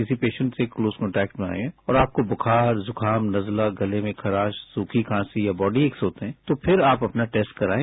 किसी पेशंट से close contact में आए हैं और आपको बुखार जुकाम नजला गले में खराश सूखी खासी या बॉडी एक्स होते हैं तो फिर आप अपना टेस्ट करायें